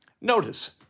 Notice